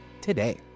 today